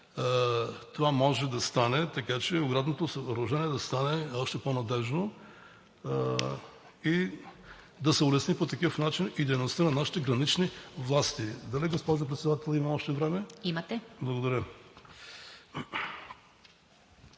това може да стане, така че оградното съоръжение да стане още по-надеждно и да се улесни по такъв начин дейността на нашите гранични власти. Дали, госпожо Председател, имам още време? ПРЕДСЕДАТЕЛ